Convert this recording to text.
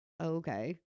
Okay